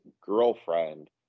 girlfriend